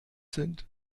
sind